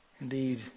indeed